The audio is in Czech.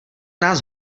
nás